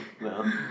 No